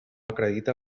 acredita